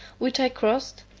which i crossed,